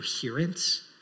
coherence